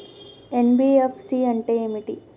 NBFC అంటే ఏమిటి?